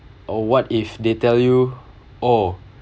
or what if they tell you oh